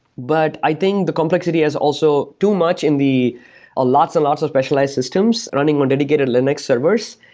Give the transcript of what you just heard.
but i think the complexity is also too much in the ah lots and lots of specialized systems running on dedicated linux servers,